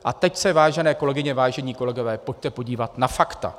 A teď se, vážené kolegyně, vážení kolegové, pojďte podívat na fakta.